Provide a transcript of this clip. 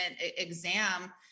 exam